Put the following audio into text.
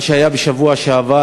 מה שהיה בשבוע שעבר,